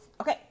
Okay